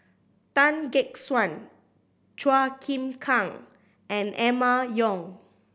Tan Gek Suan Chua Kim Kang and Emma Yong